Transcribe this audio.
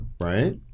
right